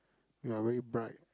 you're very bright